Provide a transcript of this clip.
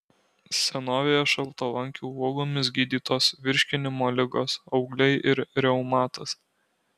senovėje šaltalankių uogomis gydytos virškinimo ligos augliai ir reumatas